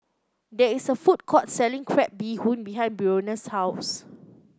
there is a food court selling Crab Bee Hoon behind Breonna's house